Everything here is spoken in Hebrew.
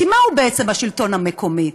כי מהו בעצם השלטון המקומי?